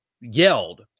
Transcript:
yelled